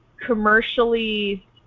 commercially